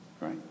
Right